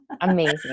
Amazing